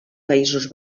països